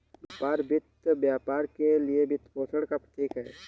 व्यापार वित्त व्यापार के लिए वित्तपोषण का प्रतीक है